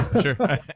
Sure